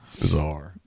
bizarre